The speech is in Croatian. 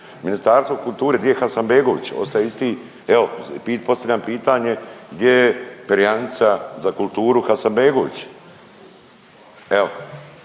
Ministarstvo kulture di je Hasanbegović ostaje isti, evo postavljam pitanje, gdje je perjanica za kulturu Hasanbegović,